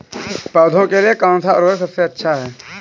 पौधों के लिए कौन सा उर्वरक सबसे अच्छा है?